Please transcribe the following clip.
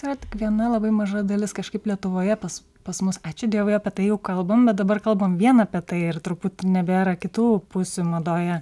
yra tik viena labai maža dalis kažkaip lietuvoje pas pas mus ačiū dievui apie tai jau kalbam bet dabar kalbam vien apie tai ir truputį nebėra kitų pusių madoje